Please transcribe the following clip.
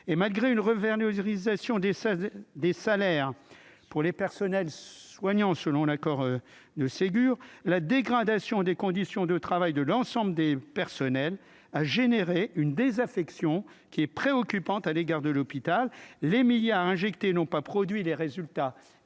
et malgré une autorisation des ça des salaires pour les personnels soignants, selon l'accord de Ségur, la dégradation des conditions de travail, de l'ensemble des personnels a généré une désaffection qui est préoccupante à l'égard de l'hôpital, les à injecter n'ont pas produit les résultats